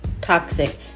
toxic